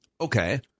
okay